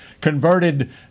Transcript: converted